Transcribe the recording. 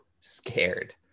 scared